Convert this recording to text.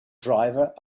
driver